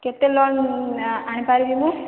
କେତେ ଲୋନ୍ ଆଣିପାରିବି ମୁଁ